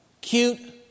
cute